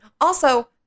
Also-